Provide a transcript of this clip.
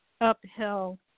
uphill